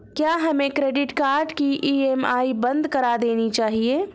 क्या हमें credit card की ई.एम.आई बंद कर देनी चाहिए?